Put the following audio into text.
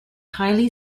highly